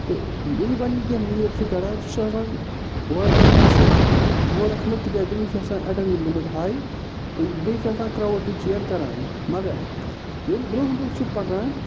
تہٕ ییٚلہِ گۄڈٕنکۍ کیٚنہہ میٖل چھِ کڑان سُہ چھِ آسان واریاہ اَصٕل دورَس منٛز تِکیٛازِ تٔمۍ وِزِ چھِ آسان اٮ۪ٹَرلیٖن گومُت ہاے تہٕ بیٚیہِ چھِ آسان کراوٕڈ تہِ چیر کران مگر ییٚلہِ برونٛہہ برونٛہہ چھِ پکان